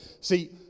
See